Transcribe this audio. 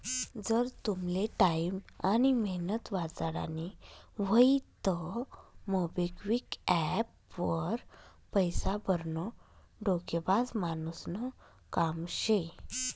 जर तुमले टाईम आनी मेहनत वाचाडानी व्हयी तं मोबिक्विक एप्प वर पैसा भरनं डोकेबाज मानुसनं काम शे